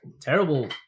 terrible